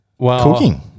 Cooking